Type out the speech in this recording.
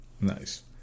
Nice